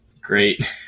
Great